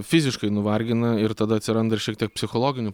fiziškai nuvargina ir tada atsiranda ir šiek tiek psichologinių